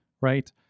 right